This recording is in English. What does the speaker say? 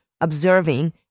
observing